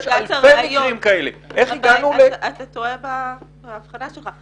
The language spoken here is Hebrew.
יש הרבה מקרים כאלה --- אתה טועה באבחנה שלך.